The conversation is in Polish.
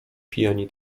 pijani